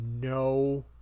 no